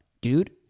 dude